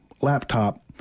laptop